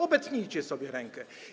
Obetnijcie sobie rękę.